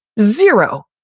zero.